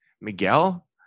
miguel